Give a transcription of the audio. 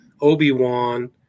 Obi-Wan